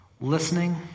listening